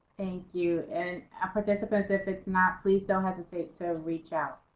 you and participants if it's not please don't hesitate to reach out.